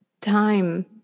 time